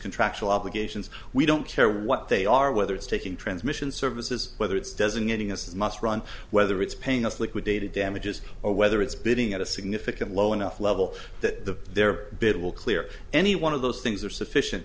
contractual obligations we don't care what they are whether it's taking transmission services whether it's designating us must run whether it's paying us liquidated damages or whether it's bidding at a significant low enough level that their bid will clear any one of those things are sufficient